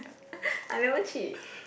I never cheat